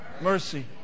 mercy